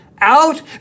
Out